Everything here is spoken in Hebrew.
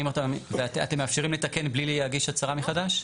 אתם מאפשרים לתקן בלי להגיש הצהרה מחדש?